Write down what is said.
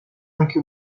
anche